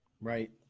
right